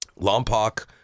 Lompoc